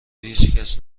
هیچکس